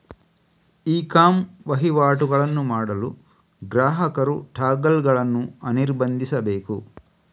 E com ವಹಿವಾಟುಗಳನ್ನು ಮಾಡಲು ಗ್ರಾಹಕರು ಟಾಗಲ್ ಗಳನ್ನು ಅನಿರ್ಬಂಧಿಸಬೇಕು